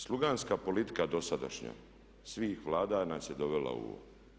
Sluganska politika dosadašnja svih Vlada nas je dovela u ovo.